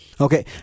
Okay